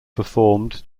performed